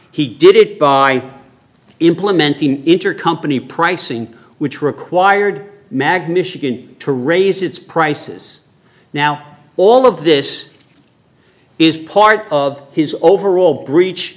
he did it by implementing intercompany pricing which required magnus chicken to raise its prices now all of this is part of his overall breach